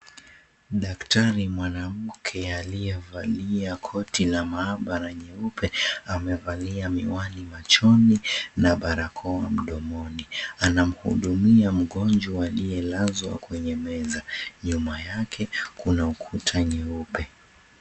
Daktari mwanamke aliyevalia koti la maabara nyeupe, amevalia miwani machoni na barakoa mdomoni. Anamhudumia mgonjwa aliyelazwa kwenye meza. Nyuma yake kuna ukuta nyeupe.